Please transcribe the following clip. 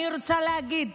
אני רוצה להגיד,